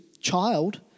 child